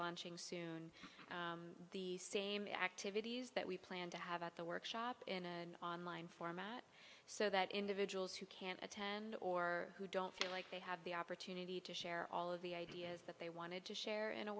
launching soon the same activities that we plan to have at the workshop and online format so that individuals who can't attend or who don't feel like they have the opportunity to share all of the ideas that they wanted to share in a